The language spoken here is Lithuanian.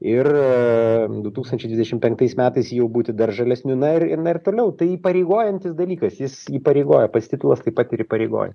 ir du tūkstančiai dvidešim penktais metais jau būti dar žalesniu na ir na ir toliau tai įpareigojantis dalykas jis įpareigoja pats titulas taip pat ir įpareigoja